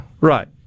Right